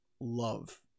love